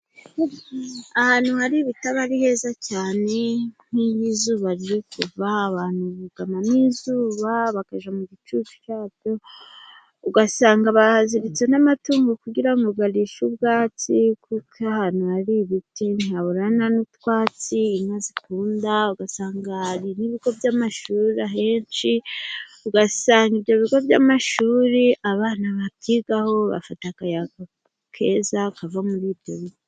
Ahantu hari ibiti aba ari heza cyane nkiyo izuba riri kuva abantu bugamamo izuba bakajya mu gicucu cyaryo ugasanga bahaziritse n'amatungo kugirango arishe ubwatsi kuko ahantu hari ibiti ntihaburana n'utwatsi inka zikunda ugasanga hari n'ibigo by'amashuri ahenshi ugasanga ibyo bigo by'amashuri abana babyigaho bafata akayaga keza kava muri ibyo biti.